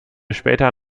später